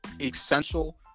essential